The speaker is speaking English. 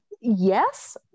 Yes